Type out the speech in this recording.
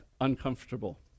uncomfortable